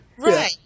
Right